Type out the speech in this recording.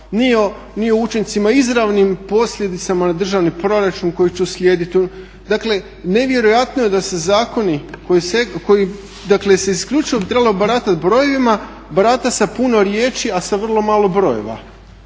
ni o učincima izravnim posljedicama na državni proračun koji će uslijediti. Dakle, nevjerojatno je da se zakoni koji dakle se isključivo bi trebalo baratati brojevima barata sa puno riječi, a sa vrlo malo brojeva